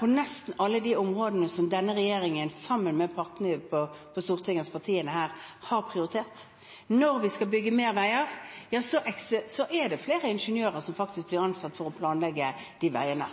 på nesten alle de områdene som denne regjeringen, sammen med partiene på Stortinget, har prioritert. Når vi skal bygge mer vei, blir faktisk flere ingeniører ansatt for å planlegge de veiene. Det samme gjelder for jernbanen. Når vi skal ha flere